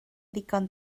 ddigon